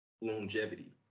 longevity